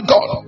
God